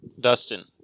Dustin